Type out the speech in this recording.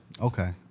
Okay